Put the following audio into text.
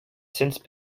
since